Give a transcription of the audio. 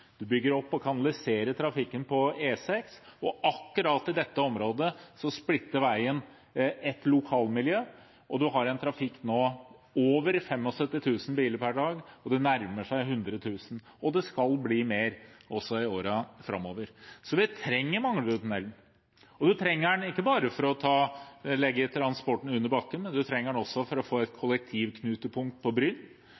opp og kanalisere trafikken på E6. Akkurat i dette området splitter veien et lokalmiljø. Man har nå en trafikk på over 75 000 biler per dag, det nærmer seg 100 000, og det skal bli mer i årene framover. Så vi trenger Manglerudtunnelen. Vi trenger den ikke bare for å legge transporten under bakken, vi trenger den også for å få et